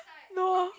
no